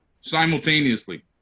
simultaneously